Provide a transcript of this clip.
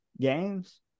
games